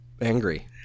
angry